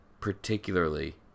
particularly